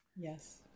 Yes